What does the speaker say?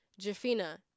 Jafina